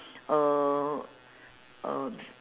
uh uh